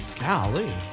Golly